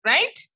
Right